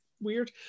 weird